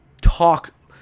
talk